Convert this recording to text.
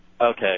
Okay